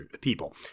people